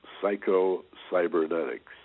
psycho-cybernetics